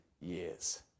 years